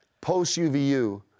post-UVU